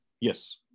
Yes